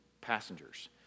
passengers